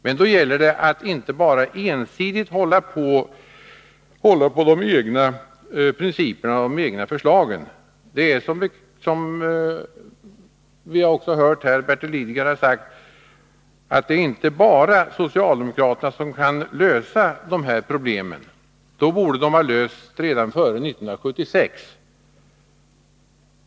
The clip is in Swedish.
Men då gäller det att inte ensidigt hålla på de egna principerna och de egna förslagen. Som Bertil Lidgard redan har sagt är det inte bara socialdemokraterna som kan lösa de här problemen. Då borde de ha lösts redan före 1976.